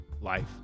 life